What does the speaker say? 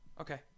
Okay